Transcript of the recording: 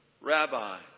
Rabbi